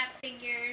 figures